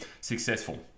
successful